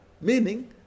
meaning